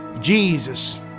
Jesus